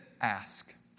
ask